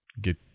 Get